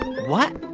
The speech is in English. what?